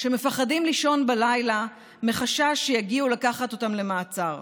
שמפחדים לישון בלילה מחשש שיגיעו לקחת אותם למעצר.